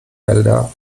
wälder